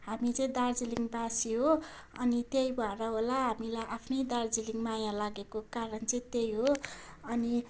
हामी चाहिँ दार्जिलिङवासी हो अनि त्यही भएर होला हामीलाई आफ्नै दार्जिलिङ माया लागेको कारण चाहिँ त्यही हो अनि